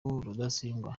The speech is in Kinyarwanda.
rudasingwa